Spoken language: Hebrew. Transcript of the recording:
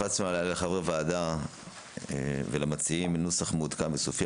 הפצנו הלילה לחברי הוועדה ולמציעים נוסח מעודכן וסופי